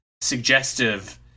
suggestive